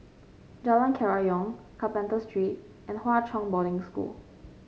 Jalan Kerayong Carpenter Street and Hwa Chong Boarding School